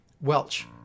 Welch